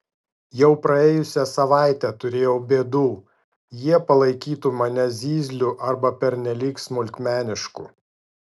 jau praėjusią savaitę turėjau bėdų jie palaikytų mane zyzliu arba pernelyg smulkmenišku